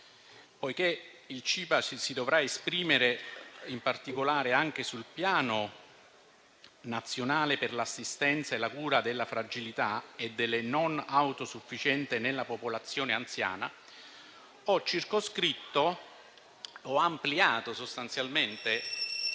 poiché il Cipa si dovrà esprimere in particolare anche sul Piano nazionale per l'assistenza e la cura della fragilità e delle non autosufficienze nella popolazione anziana, ho ampliato sostanzialmente